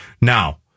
Now